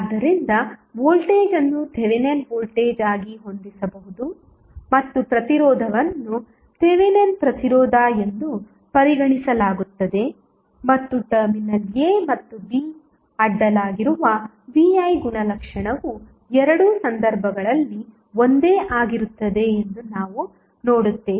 ಆದ್ದರಿಂದ ವೋಲ್ಟೇಜ್ ಅನ್ನು Thevenin voltage ಆಗಿ ಹೊಂದಿಸಬಹುದು ಮತ್ತು ಪ್ರತಿರೋಧವನ್ನು ಥೆವೆನಿನ್ ಪ್ರತಿರೋಧ ಎಂದು ಪರಿಗಣಿಸಲಾಗುತ್ತದೆ ಮತ್ತು ಟರ್ಮಿನಲ್ a ಮತ್ತು b ಅಡ್ಡಲಾಗಿರುವ VI ಗುಣಲಕ್ಷಣವು ಎರಡೂ ಸಂದರ್ಭಗಳಲ್ಲಿ ಒಂದೇ ಆಗಿರುತ್ತದೆ ಎಂದು ನಾವು ನೋಡುತ್ತೇವೆ